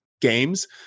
games